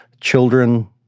children